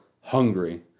hungry